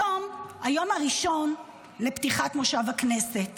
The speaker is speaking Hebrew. היום היום הראשון לפתיחת מושב הכנסת.